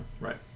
Right